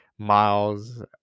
miles